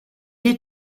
est